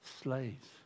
Slaves